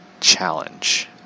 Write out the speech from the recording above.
challenge